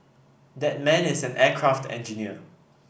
that man is an aircraft engineer